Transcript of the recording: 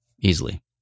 easily